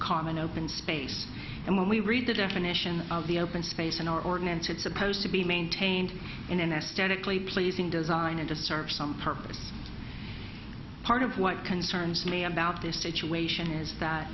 common open space and when we read the definition of the open space an ordinance it's supposed to be maintained in an aesthetic leap pleasing design and just serve some purpose part of what concerns me about this situation is that